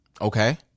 Okay